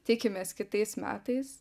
tikimės kitais metais